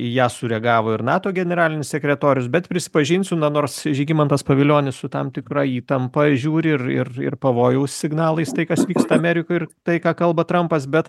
į ją sureagavo ir nato generalinis sekretorius bet prisipažinsiuna nors žygimantas pavilionis su tam tikra įtampa žiūri ir ir ir pavojaus signalais tai kas vyksta amerikoj ir tai ką kalba trampas bet